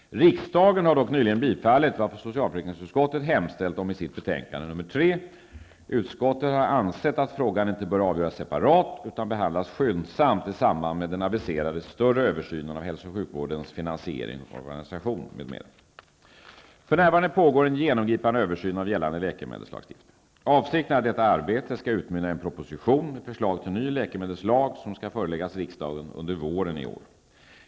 Riksdagen har dock nyligen bifallit vad socialförsäkringsutskottet hemställt om i sitt betänkande nr 3. Utskottet har ansett att frågan inte bör avgöras separat utan behandlas skyndsamt i samband med den aviserade större översynen av hälso och sjukvårdens organisation och finansiering m.m. För närvarande pågår en genomgripande översyn av gällande läkemedelslagstiftning. Avsikten är att detta arbete skall utmynna i en proposition med förslag till ny läkemedelslag, som föreläggs riksdagen under våren 1992.